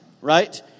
Right